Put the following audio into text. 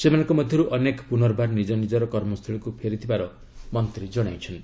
ସେମାନଙ୍କ ମଧ୍ୟରୁ ଅନେକ ପୁନର୍ବାର ନିଜନିଜର କର୍ମସ୍ଥଳୀକୁ ଫେରିଥିବାର ମନ୍ତ୍ରୀ ଜଣାଇଛନ୍ତି